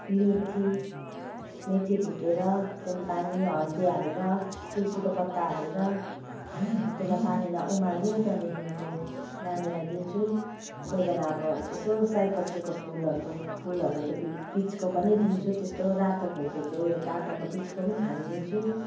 मेथी मेथी भुटेर त्यहाँदेखि पानी हर्दी हालेर तुलसीको पत्ता हालेर त्यसलाई पानीलाई उमाल्यो त्यहाँदेखिको नानीलाई दिन्छु कोही बेला अब यसो साइपत्रीको फुलहरूको फुलहरूको त्यो बि बिचको पनि दिन्छु त्यस्तो रातो फुलको त्यो उयो डाख्लाको बिचको पनि खानु दिन्छु